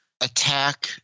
attack